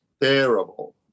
terrible